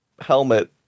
helmet